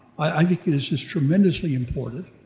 i think it is is tremendously important,